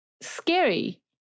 scary